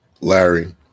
Larry